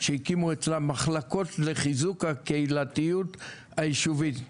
שהקימו אצלם מחלקות לחיזוק הקהילתיות היישובית.